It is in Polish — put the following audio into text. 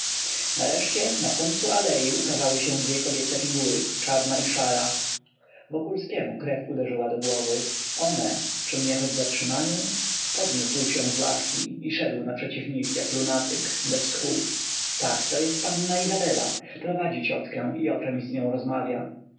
nareszcie na końcu alei ukazały się dwie kobiece figury czarna i szara wokulskiemu krew uderzyła do głowy one czy mnie choć zatrzymają podniósł się z ławki i szedł naprzeciw nich jak lunatyk bez tchu tak to jest panna izabela prowadzi ciotkę i o czemś z nią rozmawia